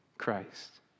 Christ